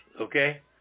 okay